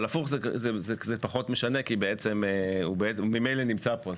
אבל הפוך זה פחות משנה כי הוא ממילא נמצא פה.